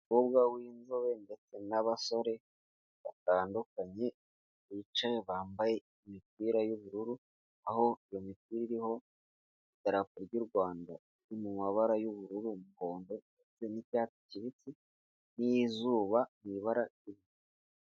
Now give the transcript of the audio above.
Umukobwa w'inzobe ndetse n'abasore batandukanye bicaye bambaye imipira y'ubururu aho iyo mipira iriho idarapo ry'urwanda iri mumabara y'ubururu, umuhondo n'icyatsi kibisi n'izuba mu ibara.